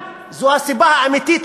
זו הסיבה האמיתית,